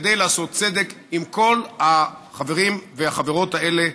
כדי לעשות צדק עם כל החברים והחברות האלה,